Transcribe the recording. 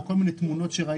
או כל מי תמונות שראינו,